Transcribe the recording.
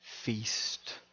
feast